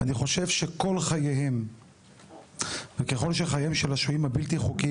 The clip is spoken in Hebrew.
אני חושב שכל חייהם וככול שחייהם של השוהים הבלתי חוקיים,